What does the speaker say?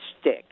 stick